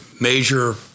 major